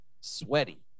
sweaty